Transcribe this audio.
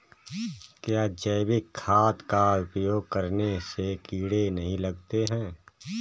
क्या जैविक खाद का उपयोग करने से कीड़े नहीं लगते हैं?